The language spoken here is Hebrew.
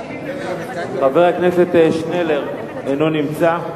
חבר הכנסת שנלר, אינו נמצא.